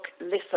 listen